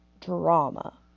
drama